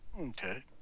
Okay